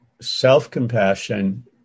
self-compassion